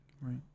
Right